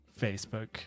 Facebook